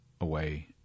away